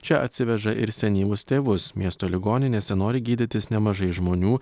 čia atsiveža ir senyvus tėvus miesto ligoninėse nori gydytis nemažai žmonių